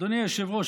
אדוני היושב-ראש,